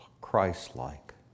Christ-like